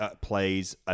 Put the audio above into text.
plays